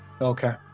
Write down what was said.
Okay